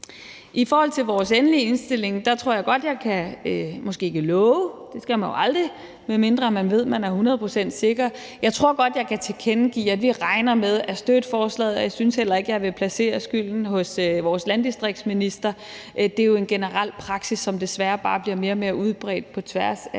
I forhold til vores endelige indstilling tror jeg godt jeg kan, måske ikke love – det skal man jo aldrig, medmindre man ved, at man er hundrede procent sikker – men jeg tror godt, jeg kan tilkendegive, at vi regner med at støtte forslaget, og jeg synes heller ikke, jeg vil placere skylden hos vores landdistriktsminister. Det er jo en generel praksis, som desværre bare bliver mere og mere udbredt på tværs af